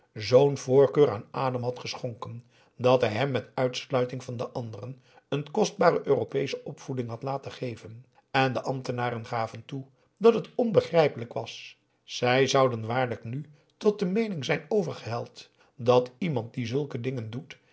zoo'n voorkeur aan adam had geschonken dat hij hem met uitsluiting van de anderen een kostbare europeesche opvoeding had laten geven en de ambtenaren gaven toe dat het onbegrijpelijk was zij zouden waarlijk nu tot de meening zijn overgeheld dat iemand die zulke dingen doet